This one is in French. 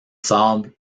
sable